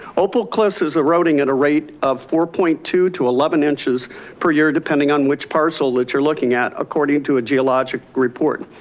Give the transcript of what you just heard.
opal cliffs is eroding at a rate of four point two to eleven inches per year depending on which parcel that you're looking at according to a geologic report.